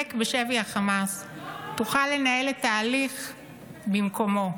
שנמק בשבי החמאס תוכל לנהל את ההליך במקומו.